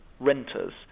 Renters